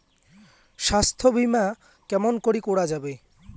স্বাস্থ্য বিমা কেমন করি করা যাবে?